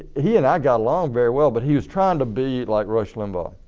he and i got along very well but he was trying to be like rush limbaugh.